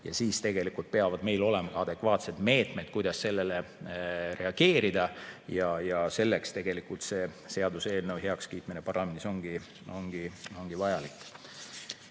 Siis peavad meil olema adekvaatsed meetmed, kuidas sellele reageerida. Selleks tegelikult see seaduseelnõu heakskiitmine parlamendis ongi vajalik.